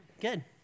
Good